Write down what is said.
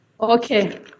Okay